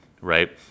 right